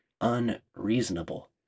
unreasonable